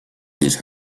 these